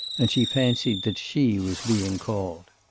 and she fancied that she was being called.